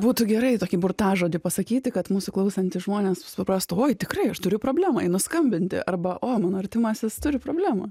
būtų gerai tokį burtažodį pasakyti kad mūsų klausantys žmonės suprastų oi tikrai aš turiu problemą einu skambinti arba o mano artimasis turi problemų